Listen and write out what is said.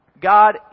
God